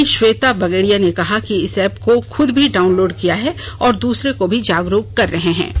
वहीं श्वेता बगेड़िया ने कहा कि इस एप को खुद भी डाउनलोड किया है और दूसरे को भी जागरूक कर रहे हैं